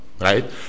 right